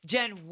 Jen